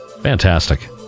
Fantastic